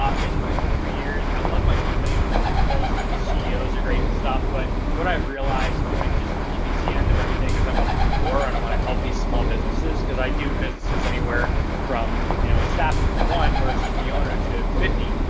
ah been doing it for three years. i love my company. honestly, the culture of the ceo's are great and stuff, but what i've realized doing just the ppc end of everything is i wanted to do more and i want to help these small businesses cause i do businesses anywhere from you know a staff of one where it's just the owner to fifty.